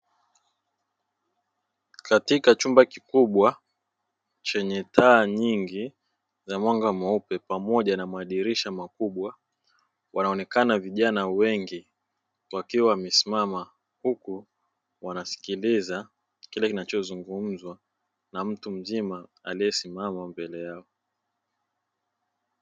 Katika chumba kikubwa chenye taa nyingi za mwanga mweupe pamoja na madirisha makubwa, wanaonekana vijana wengi wakiwa wamesimama, huku wanasikiliza kile kinachozungumzwa na mtu mzima aliyesimama mbele yao.